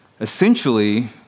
essentially